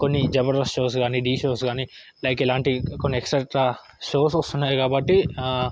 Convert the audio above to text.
కొన్ని జబర్దస్త్ షోస్ కానీ ఢీ షోస్ కానీ లైక్ ఇలాంటివి కొన్ని ఎక్స్ట్రా షోస్ వస్తున్నయి కాబట్టి